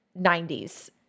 90s